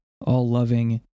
all-loving